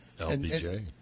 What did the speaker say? LBJ